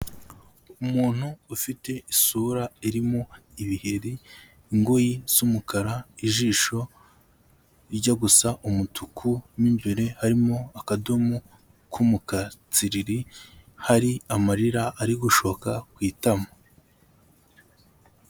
Umuntu ufite isura irimo ibiheri, ingoyi z'umukara ijisho rijya gusa umutuku, mo imbere harimo akadomo k'umukara tsiriri, hari amarira ari gushoka ku itama.